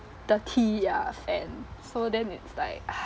the tea ya fan so then it's like ah